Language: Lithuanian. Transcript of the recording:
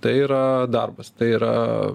o tai yra darbas tai yra